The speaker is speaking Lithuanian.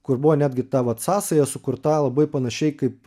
kur buvo netgi ta vat sąsaja sukurta labai panašiai kaip